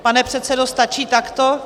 Pane předsedo, stačí takto?